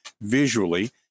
visually